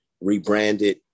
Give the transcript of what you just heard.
rebranded